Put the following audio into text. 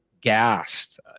gassed